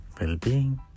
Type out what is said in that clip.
well-being